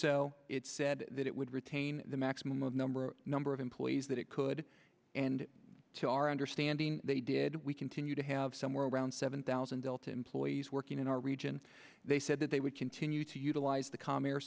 so it said that it would retain the maximum number number of employees that it could and to our understanding they did we continue to have somewhere around seven thousand delta employees working in our region they said that they would continue to utilize the com